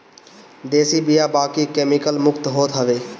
देशी बिया बाकी केमिकल मुक्त होत हवे